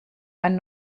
ein